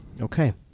Okay